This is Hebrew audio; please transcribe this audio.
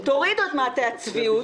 תורידו את מעטה הצביעות,